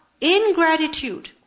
Ingratitude